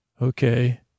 Okay